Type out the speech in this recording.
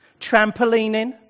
trampolining